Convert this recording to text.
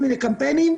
קמפיינים.